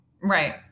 Right